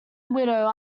widow